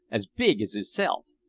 as big as hisself!